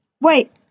Wait